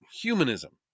humanism